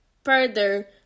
Further